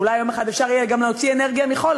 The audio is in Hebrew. אולי יום אחד אפשר יהיה גם להוציא אנרגיה מחול,